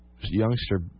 youngster